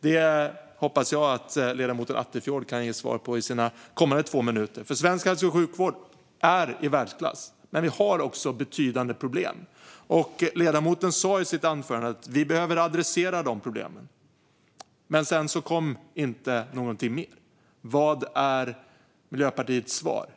Det hoppas jag att ledamoten Attefjord kan se svar på under sina kommande två minuters talartid. Svensk sjukvård är i världsklass. Men vi har också betydande problem. Ledamoten sa i sitt anförande att vi behöver adressera de problemen. Men sedan kom inte någonting mer. Vad är Miljöpartiets svar?